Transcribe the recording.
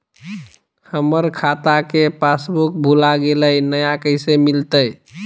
हमर खाता के पासबुक भुला गेलई, नया कैसे मिलतई?